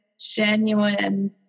genuine